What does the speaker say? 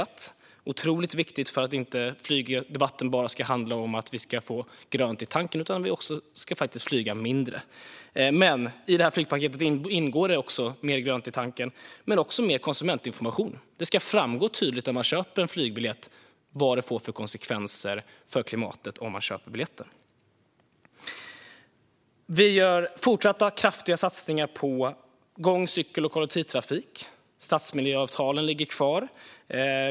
Detta är otroligt viktigt för att flygdebatten inte bara ska handla om att vi ska få grönt i tanken utan också om att vi faktiskt ska flyga mindre. I flygpaketet ingår även mer grönt i tanken och dessutom mer konsumentinformation. När man köper en flygbiljett ska det tydligt framgå vad det får för konsekvenser för klimatet. Vi gör fortsatta kraftiga satsningar på gång, cykel och kollektivtrafik. Stadsmiljöavtalen ligger kvar.